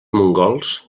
mongols